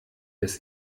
des